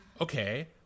okay